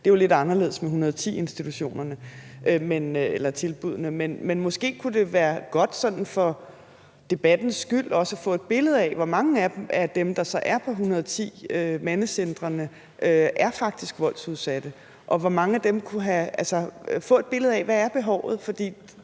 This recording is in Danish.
det er jo lidt anderledes med § 110-tilbuddene. Men måske kunne det være godt sådan for debattens skyld også at få et billede af, hvor mange af dem, der så er på § 110-tilbuddet på mandecentrene, der faktisk er voldsudsatte, og altså få et billede af: Hvad er behovet?